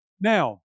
Now